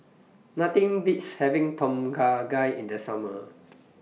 Nothing Beats having Tom Kha Gai in The Summer